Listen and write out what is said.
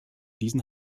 diesen